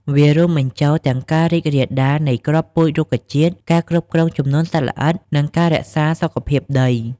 វារួមបញ្ចូលទាំងការរីករាលដាលនៃគ្រាប់ពូជរុក្ខជាតិ ការគ្រប់គ្រងចំនួនសត្វល្អិត និងការរក្សាសុខភាពដី។